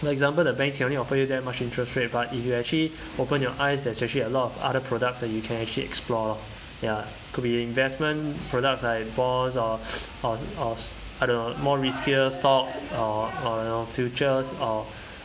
for example the banks can only offer you that much interest rate but if you actually open your eyes there is actually a lot of other products that you can actually explore lor ya could be investment products like bonds or or or I don't know more riskier stocks or or you know futures or